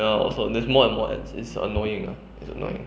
ya lor also there is more and more ads it's annoying ah it's annoying